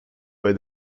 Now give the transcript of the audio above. bei